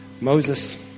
Moses